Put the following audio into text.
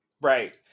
right